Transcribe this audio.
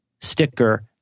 sticker